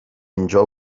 اینجا